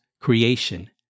creation